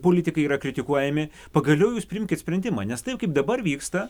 politikai yra kritikuojami pagaliau jūs priimkit sprendimą nes taip kaip dabar vyksta